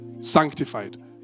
Sanctified